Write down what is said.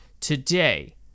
Today